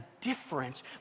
difference